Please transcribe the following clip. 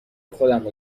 خودمو